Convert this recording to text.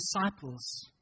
disciples